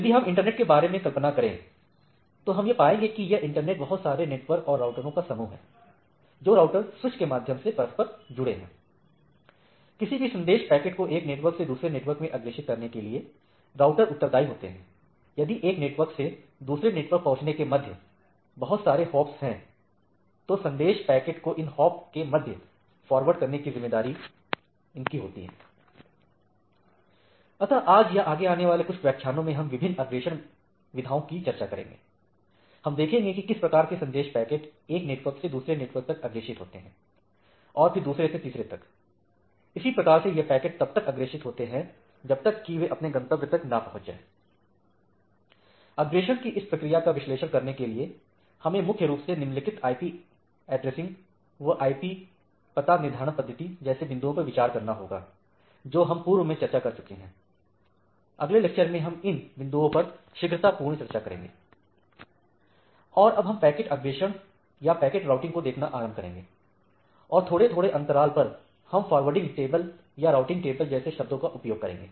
यदि हम इंटरनेट के बारे में कल्पना करें तो हम यह पाएंगे कि यह इंटरनेट बहुत सारे नेटवर्क और राउटर का समूह है जो राउटर स्विच के माध्यम से परस्पर जुड़े हुए हैं l किसी भी संदेश पैकेट को एक नेटवर्क से दूसरे नेटवर्क में अग्रेषित करने के लिए राउटर उत्तरदाई होते हैंl यदि एक नेटवर्क से दूसरे नेटवर्क पहुंचने के मध्य बहुत सारे हॉप हो तो संदेश पैकेट को इन hop के मध्य अग्रेषित फॉरवर्ड करने की जिम्मेदारी राउटर की होती हैl अतः आज या आगे आने वाले कुछ व्याख्यानों में हम विभिन्न अग्रेषण विधाओं की चर्चा करेंगे l हम देखेंगे कि किस प्रकार से संदेश पैकेट एक नेटवर्क से दूसरे तक अग्रेषित होते हैं और दूसरे से तीसरे तक इसी प्रकार से यह पैकेट तब तक अग्रेषित होते रहते हैं जब तक कि वे अपने गंतव्य तक ना पहुंच जाए l अग्रेषण की इस प्रक्रिया का विश्लेषण करने के लिए हमें मुख्य रूप से निम्नलिखित आईपी एड्रेसिंग एवं आईपी पता निर्धारण पद्धति जैसे बिंदुओं पर विचार करना होगा जो हम पूर्व में चर्चा कर चुके हैं l अगले लेक्चर में हम इन बिंदुओं पर शीघ्रतापूर्वक चर्चा करेंगे l और अब हम पैकेट अग्रेषण या पैकेट राउटिंग को देखना आरंभ करेंगे और थोड़े थोड़े अंतराल पर हम फ़ॉरवर्डिंग टेबल या राउटिंग टेबल जैसे शब्दों का उपयोग करेंगे